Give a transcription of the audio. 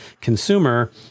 consumer